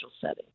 setting